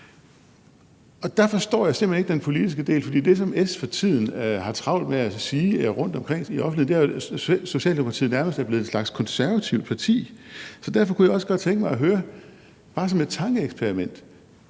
jeg simpelt hen ikke den politiske del, for det, som S for tiden har travlt med at sige rundtomkring i offentligheden, er jo, at Socialdemokratiet nærmest er blevet en slags konservativt parti. Så derfor kunne jeg også godt tænke mig at høre bare som et tankeeksperiment: